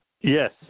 Yes